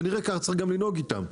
כנראה כך גם צריך לנהוג איתם.